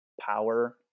power